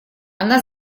она